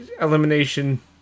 elimination